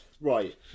Right